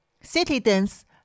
citizens